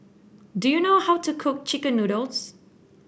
do you know how to cook chicken noodles